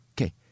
Okay